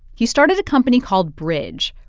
he started a company called bridge,